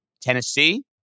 Tennessee